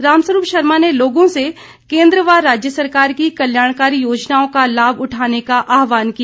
राम स्वरूप शर्मा ने लोगों से केन्द्र व राज्य सरकार की कल्याणकारी योजनाओं का लाभ उठाने का आहवान किया